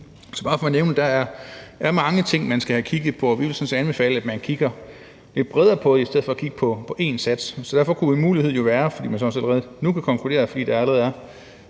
er bare for at nævne, at der er mange ting, man skal have kigget på, og vi vil sådan set anbefale, at man kigger lidt bredere på det i stedet for at kigge på én sats. En mulighed kunne jo være, fordi man sådan set allerede nu kan konkludere, at Venstre og